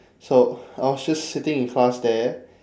so I was just sitting in class there